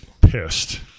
pissed